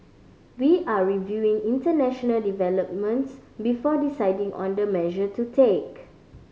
we are reviewing international developments before deciding on the measure to take